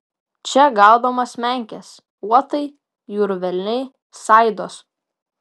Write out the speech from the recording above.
čia gaudomos menkės uotai jūrų velniai saidos